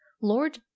Lord